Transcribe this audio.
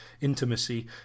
intimacy